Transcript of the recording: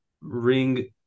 ring